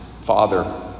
father